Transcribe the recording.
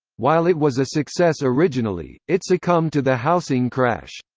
while it was a success originally, it succumbed to the housing crash.